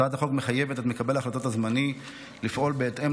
הצעת החוק מחייבת את מקבל החלטות הזמני לפעול בהתאם